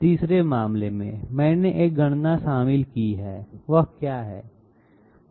तीसरे मामले में मैंने एक गणना शामिल की है वह क्या है